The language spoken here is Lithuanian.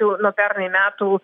jau nuo pernai metų